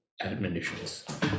admonitions